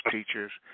teachers